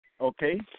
Okay